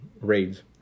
raids